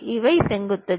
இவை செங்குத்துகள்